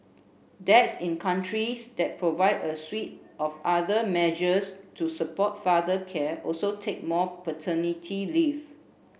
dads in countries that provide a suite of other measures to support father care also take more paternity leave